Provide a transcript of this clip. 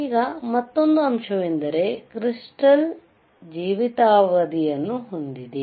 ಈಗ ಮತ್ತೊಂದು ಅಂಶವೆಂದರೆ ಕ್ರಿಸ್ಟಾಲ್ ಜೀವಿತಾವಧಿಯನ್ನು ಹೊಂದಿದೆ